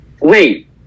Wait